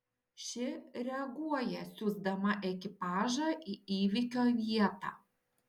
ši reaguoja siųsdama ekipažą į įvykio vietą